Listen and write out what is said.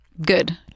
Good